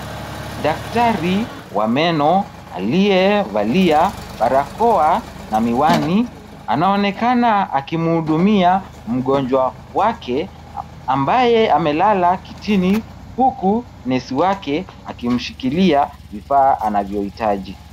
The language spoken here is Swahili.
Daktari wa meno aliye valia barakoa na miwani, anaonekana akimhudumia mgonjwa wake, ambaye amelala kitini huku nesi wake akimshikilia vifaa anavyohitaji.